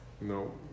No